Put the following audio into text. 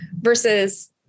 versus